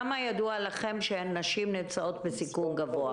מה ידוע לכם, כמה נשים נמצאות בסיכון גבוה?